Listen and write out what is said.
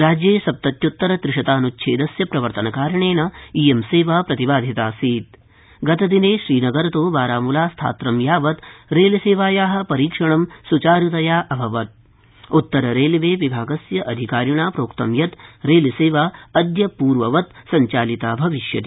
राज्ये सप्तत्यून्तरत्रिशतान्च्छेदस्य प्रवर्तनकारणेन इयं सेवा प्रतिपिन्धता आसीत ा गतदिने श्रीनगरतो ारामुलास्थात्रं यावत रेलसेवाया रीक्षणं सुचारुतया अभवत उत्तररेलवे विभागस्य अधिकारिणा प्रोक्तं यत प्रेलसेवा अदय प्र्ववत प्रसञ्चालिता भविष्यति